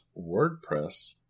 wordpress